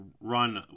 run